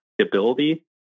stability